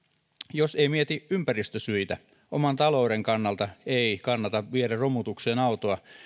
jos ei mieti ympäristösyitä oman talouden kannalta ei kannata viedä romutukseen autoa